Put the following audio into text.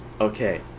okay